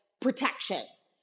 protections